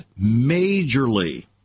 majorly